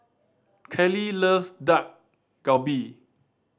Kaley loves Dak Galbi